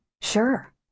Sure